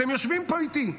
אתם יושבים פה איתי,